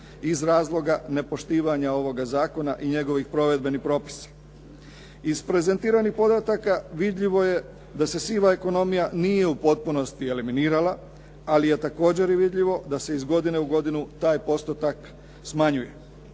iz razloga nepoštivanja ovoga zakona i njegovih provedbenih propisa. Iz prezentiranih podataka vidljivo je da se siva ekonomije nije u potpunosti eliminirala, ali je također vidljivo da se iz godine u godinu taj postupak smanjuje.